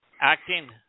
acting